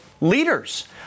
leaders